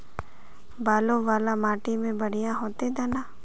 बालू वाला माटी में बढ़िया होते दाना?